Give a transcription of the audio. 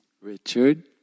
Richard